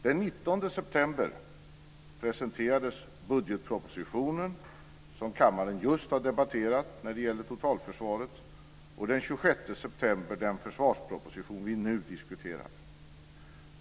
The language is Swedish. Den 19 september presenterades budgetpropositionen som kammaren just har debatterat när det gäller totalförsvaret, och den 26 september presenterades den försvarsproposition som vi nu diskuterar.